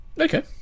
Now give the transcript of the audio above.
okay